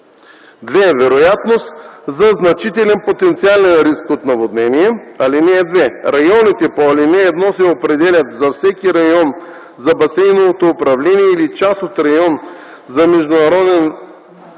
2. вероятност за значителен потенциален риск от наводнения. (2) Районите по ал. 1 се определят за всеки район за басейново управление или за част от район на международен